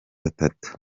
atatu